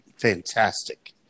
fantastic